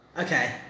Okay